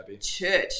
church